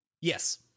Yes